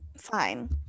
fine